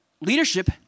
leadership